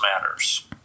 matters